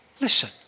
Listen